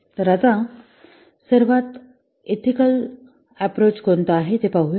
तर आता सर्वात नैतिक दृष्टिकोन कोणता आहे ते पाहूया